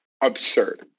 absurd